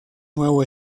nuevo